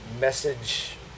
message